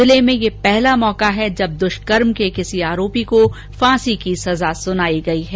जिले में यह पहला मौका है जब दुष्कर्म के किसी आरोपी को फांसी की सजा सुनाई गई है